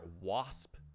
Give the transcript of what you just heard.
wasp